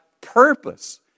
purpose